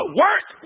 work